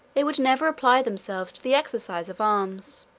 they would never apply themselves to the exercise of arms.